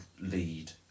lead